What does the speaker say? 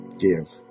give